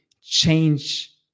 change